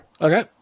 okay